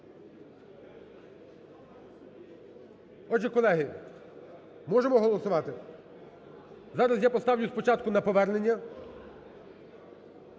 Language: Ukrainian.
Отже, колеги, можемо голосувати? Зараз я поставлю спочатку на повернення.